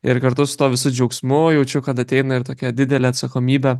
ir kartu su tuo visu džiaugsmu jaučiu kad ateina ir tokia didelė atsakomybė